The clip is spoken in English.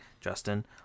justin